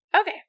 Okay